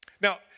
Now